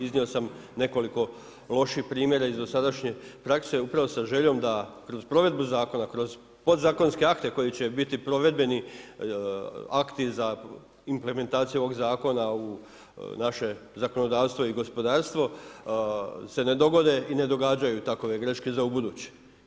Iznio sam nekoliko loših primjera iz dosadašnje prakse, upravo sa željom da kroz provedbu zakona, kroz podzakonske akte koji će biti provedbeni akti za implementaciju zakona u naše zakonodavstvo i gospodarstvo se ne dogode i ne događaju takve greške za ubuduće.